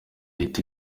leta